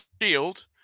Shield